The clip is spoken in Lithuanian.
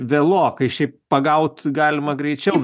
vielokai šiaip pagaut galima greičiau